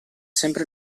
sempre